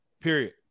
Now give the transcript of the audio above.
period